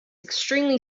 extremely